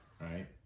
Right